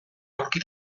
aurki